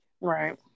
right